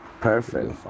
Perfect